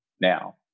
now